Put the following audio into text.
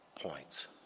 points